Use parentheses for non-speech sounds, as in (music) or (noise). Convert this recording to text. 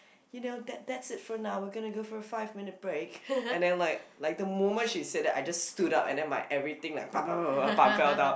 you know that's that's it for now we're gonna go for five minutes break and then like like the moment she said that I just stood up and my everything like (noise) fell down